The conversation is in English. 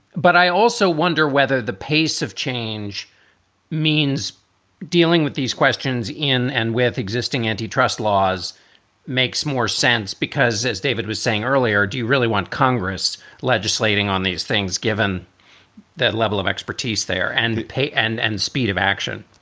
but i also wonder whether the pace of change means dealing with these questions and with existing antitrust laws makes more sense. because as david was saying earlier, do you really want congress legislating on these things, given that level of expertise there and pay and and speed of action?